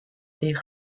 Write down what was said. des